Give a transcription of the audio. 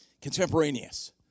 contemporaneous